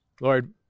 Lord